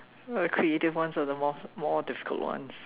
uh creative ones are the more more difficult ones